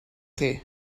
chi